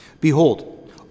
Behold